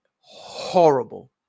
horrible